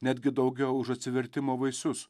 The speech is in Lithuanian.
netgi daugiau už atsivertimo vaisius